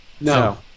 No